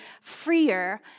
freer